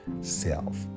self